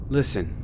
Listen